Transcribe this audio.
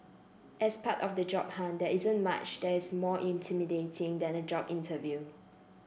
as part of the job hunt there isn't much that is more intimidating than a job interview